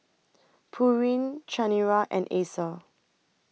Pureen Chanira and Acer